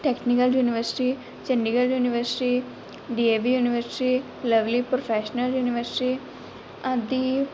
technical university Chandigarh university DAV university lovely professional university ਆਦਿ